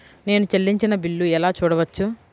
నేను చెల్లించిన బిల్లు ఎలా చూడవచ్చు?